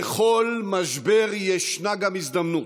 בכל משבר ישנה גם הזדמנות,